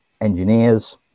engineers